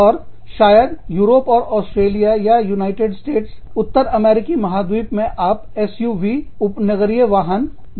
और शायद यूरोप या ऑस्ट्रेलिया या यूनाइटेड स्टेट्स उत्तर अमेरिकी महाद्वीप में आप SUV उपनगरीय वाहन बना सकते हैं